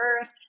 Earth